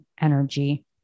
energy